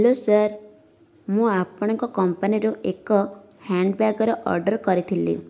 hello sir ମୁଁ ଆପଣଙ୍କ କମ୍ପାନୀରୁ ଏକ ହ୍ୟାଣ୍ଡବ୍ୟାଗର ଅର୍ଡ଼ର କରିଥିଲି